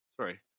Sorry